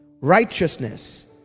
Righteousness